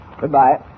Goodbye